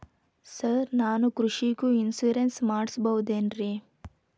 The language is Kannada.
ಸರ್ ನಾನು ಕೃಷಿಗೂ ಇನ್ಶೂರೆನ್ಸ್ ಮಾಡಸಬಹುದೇನ್ರಿ?